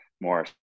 more